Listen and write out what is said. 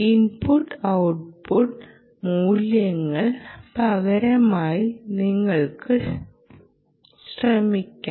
input output മൂല്യങ്ങൾക്ക് പകരമായി നിങ്ങൾക്ക് ശ്രമിക്കാം